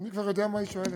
אני כבר יודע מה היא שואלת.